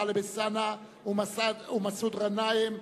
טלב אלסאנע ומסעוד גנאים,